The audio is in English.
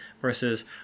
versus